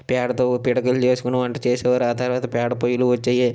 పేడతో పిడకలు చేసుకోని వంట చేసే వారు ఆ తర్వాత పేడ పొయ్యిలు వచ్చాయి